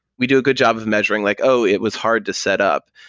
we do a good job of measuring like, oh, it was hard to set up,